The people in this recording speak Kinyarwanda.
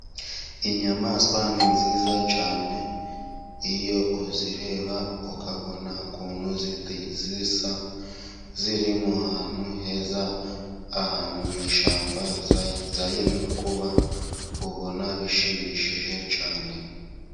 Inyamaswa ni nziza cyane. Iyo uzireba ukabona ukuntu zisa ziri mu ahantu heza, ahantu mu ishyamba zagenewe kuba ubona bishimishije cyane.